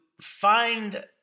find